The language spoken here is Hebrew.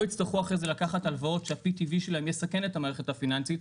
יצטרכו אחרי זה לקחת הלוואות שה-PTV שלהם יסכן את המערכת הפיננסית,